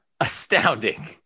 astounding